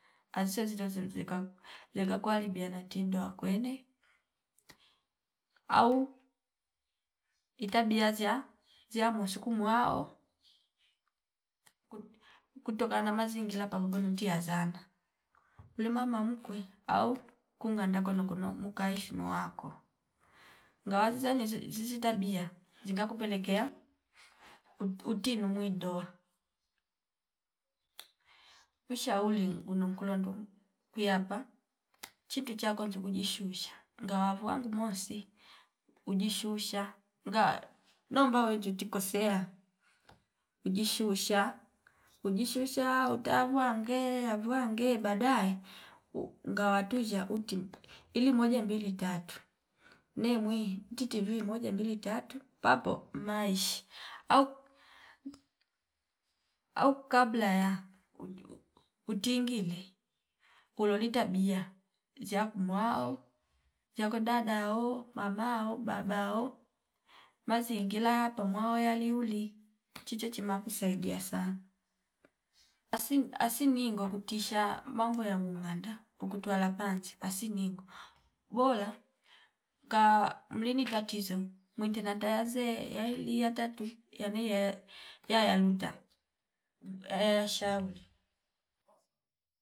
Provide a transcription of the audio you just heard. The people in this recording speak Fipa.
Aseze zile zem zikam jeka kualibia natindwa kwene au itabia ziya ziya musi kumwao kut- kutokana mazingila papu kunuti hasara kulima mamkwe au kunga ndakono kuno muka ishu nowako ngawa zizi tabia zinga kupelekea ut- uti nimwindo ushauri uno kulando kuyapa chitu cha kwazna kujishusha ngawa vuwangu mosi uji shusha nga nomba wenju chikosea ujishusha- ujishusha uta vwange avwange baadae ngawa tuzsha uti ilio moja, mbili tatu nemwi utitivi moja mbili tatu papo maishi au au kabla utingile kuloli tabia zshaya kumwao zshakwe dadao, mamao, babao mazingila pamo yaliuli chiche chima kusaidia sana, asin- asining kutisha mambo ya muumbanda ukutwala panji pasiningo bola ngamlini tatizo mwite natayaze yaidi ya tatu yane yae yaya nuta yaya shauri